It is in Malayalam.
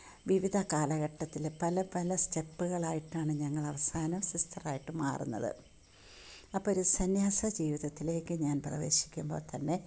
വിവിധ കാലഘട്ടത്തിൽ പല പല സ്റ്റെപ്പുകൾ ആയിട്ടാണ് ഞങ്ങൾ അവസാനം സിസ്റ്ററായിട്ട് മാറുന്നത് അപ്പം ഒരു സന്യാസ ജീവിതത്തിലേക്ക് ഞാൻ പ്രവേശിക്കുമ്പോൾ തന്നെ